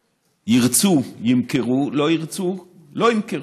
ירצו, ימכרו, לא ירצו, לא ימכרו.